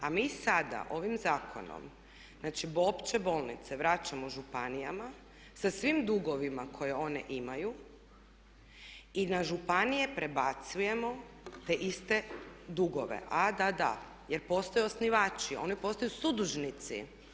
A mi sada ovim zakonom, znači opće bolnice vraćamo županijama sa svim dugovima koje one imaju i na županije prebacujemo te iste dugove … jer postoje osnivači, oni postaju sudužnici.